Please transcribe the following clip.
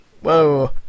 Whoa